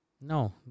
no